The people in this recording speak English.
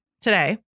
today